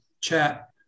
chat